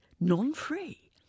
non-free